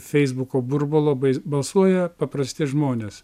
feisbuko burbulo bais balsuoja paprasti žmonės